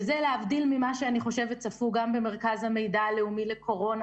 וזה להבדיל ממה שאני חושבת שצפו גם במרכז המידע הלאומי לקורונה